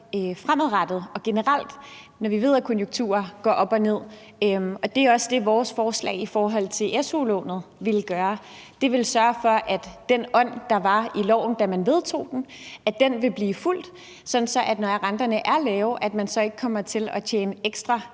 fremadrettet og generelt, når vi ved, at konjunkturer går op og ned. Det er også det, vores forslag i forhold til su-lånet ville gøre. Det ville sørge for, at den ånd, der var i loven, da man vedtog den, vil blive fulgt, sådan at man, når renterne er lave, ikke kommer til at tjene ekstra